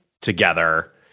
together